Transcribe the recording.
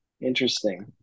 interesting